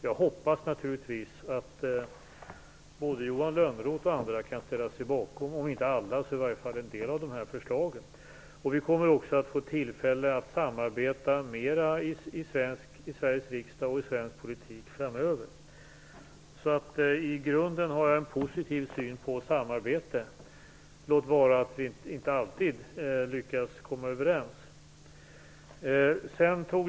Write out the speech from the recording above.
Jag hoppas naturligtvis att både Johan Lönnroth och andra kan ställa sig bakom om inte alla så i varje fall en del av förslagen. Vi kommer att få tillfälle att samarbeta mera i Sveriges riksdag och i svensk politik framöver. I grunden har jag en positiv syn på samarbete, låt vara att vi inte alltid lyckas komma överens.